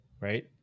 right